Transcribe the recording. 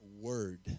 word